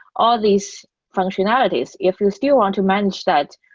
all these functionalities, if you still want to manage that.